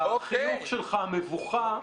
והחיוך שלך, המבוכה,